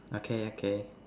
okay okay